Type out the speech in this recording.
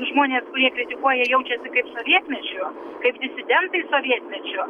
žmonės kurie kritikuoja jaučiasi kaip sovietmečiu kaip disidentai sovietmečio